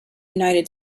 united